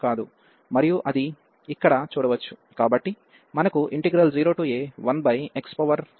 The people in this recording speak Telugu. మరియు అది ఇక్కడ చూడవచ్చు కాబట్టి మనకు 0a1x1 ndx ఉంది